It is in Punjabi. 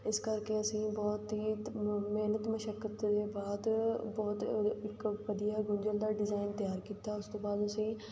ਇਸ ਕਰਕੇ ਅਸੀਂ ਬਹੁਤ ਹੀ ਤ ਮਿਹਨਤ ਮੁਸ਼ੱਕਤ ਦੇ ਬਾਅਦ ਬਹੁਤ ਇੱਕ ਵਧੀਆ ਗੁੰਝਲਦਾਰ ਡਿਜ਼ਾਇਨ ਤਿਆਰ ਕੀਤਾ ਉਸ ਤੋਂ ਬਾਅਦ ਅਸੀਂ